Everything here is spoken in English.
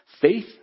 Faith